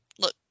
look